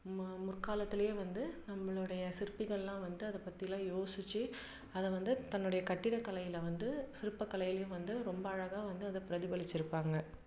ம முற்காலத்திலேயே வந்து நம்பளோடைய சிற்பிகளெலாம் வந்து அதை பற்றிலாம் யோசிச்சு அதை வந்து தன்னோடைய கட்டிடக்கலையில் வந்து சிற்பக்கலையிலையும் வந்து ரொம்ப அழகாக வந்து அதை பிரதிபலிச்சிருப்பாங்க